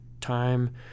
time